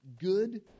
good